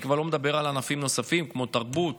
אני כבר לא מדבר על ענפים נוספים כמו תרבות